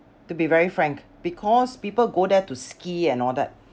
to be very frank because people go there to ski and all that